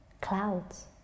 Clouds